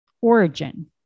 origin